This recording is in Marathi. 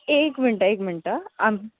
एक मिनटं एक मिनटं आम